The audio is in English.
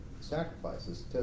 sacrifices